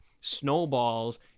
snowballs